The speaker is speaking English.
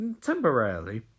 Temporarily